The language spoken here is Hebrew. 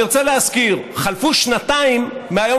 אני רוצה להזכיר: חלפו שנתיים מהיום